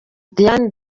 diane